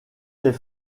s’est